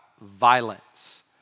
violence